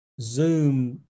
Zoom